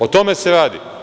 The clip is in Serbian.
O tome se radi.